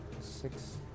Six